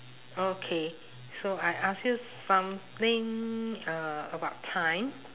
okay so I ask you something uh about time